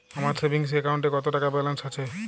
আমার সেভিংস অ্যাকাউন্টে কত টাকা ব্যালেন্স আছে?